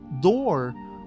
door